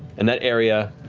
in that area,